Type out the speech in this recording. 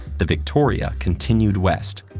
the victoria continued west,